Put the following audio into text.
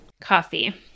Coffee